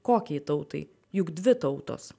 kokiai tautai juk dvi tautos